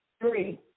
three